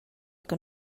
que